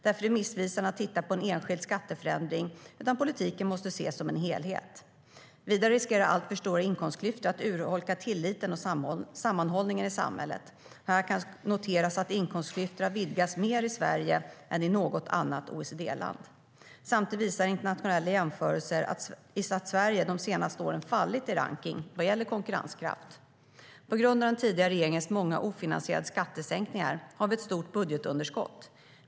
Därför är det missvisande att titta på en enskild skatteförändring, utan politiken måste ses som en helhet. Vidare riskerar alltför stora inkomstklyftor att urholka tilliten och sammanhållningen i samhället. Här kan noteras att inkomstklyftorna har vidgats mer i Sverige än i något annat OECD-land. Samtidigt visar internationella jämförelser att Sverige de senaste åren fallit i rankning vad gäller konkurrenskraft. På grund av den tidigare regeringens många ofinansierade skattesänkningar har vi ett stort budgetunderskott.